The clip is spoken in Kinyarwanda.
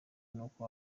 n’uko